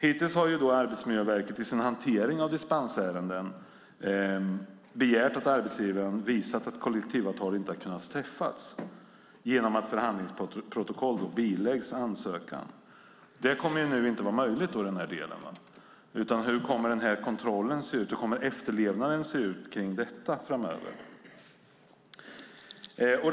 Hittills har Arbetsmiljöverket i sin hantering av dispensärenden begärt att arbetsgivaren visar att kollektivavtal inte har kunnat träffas genom att förhandlingsprotokoll biläggs ansökan. Det kommer nu inte att vara möjligt. Hur kommer kontrollen och efterlevnaden av detta att se ut framöver?